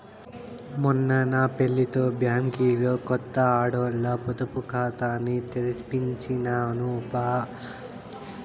మొన్న నా పెళ్లితో బ్యాంకిలో కొత్త ఆడోల్ల పొదుపు కాతాని తెరిపించినాను బా